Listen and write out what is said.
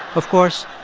of course,